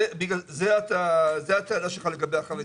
זו הטענה שלך לגבי החרדים.